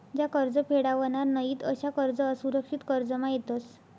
ज्या कर्ज फेडावनार नयीत अशा कर्ज असुरक्षित कर्जमा येतस